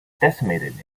decimated